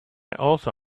also